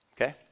Okay